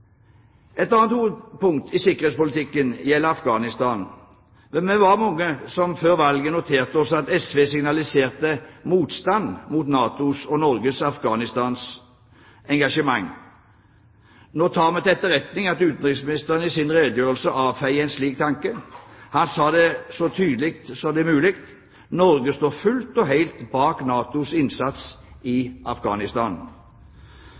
Et annet hovedpunkt i sikkerhetspolitikken gjelder Afghanistan. Vi var mange som før valget noterte oss at SV signaliserte motstand mot NATOs og Norges Afghanistan-engasjement. Nå tar vi til etterretning at utenriksministeren i sin redegjørelse avfeier en slik tanke. Han sa det så tydelig som det er mulig, at Norge står fullt og helt bak NATOs innsats